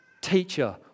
teacher